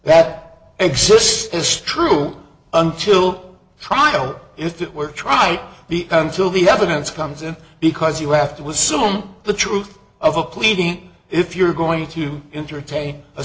that exists is true until trial if it were try the until the evidence comes in because you have to assume the truth of a pleading if you're going to entertain